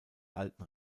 alten